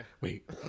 Wait